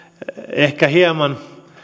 ehkä hieman